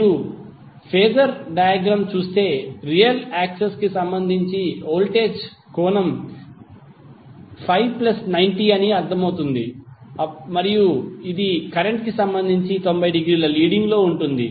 మీరు phasor diagram చూస్తే real axis కి సంబంధించి వోల్టేజ్ కోణం ∅ 90 అని స్పష్టమవుతుంది మరియు ఇది కరెంట్ కి సంబంధించి 90 డిగ్రీల లీడింగ్ లో ఉంది